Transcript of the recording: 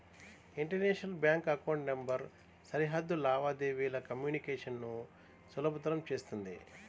international bank account number సరిహద్దు లావాదేవీల communication ను సులభతరం చేత్తుంది